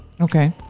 Okay